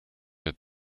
did